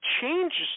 changes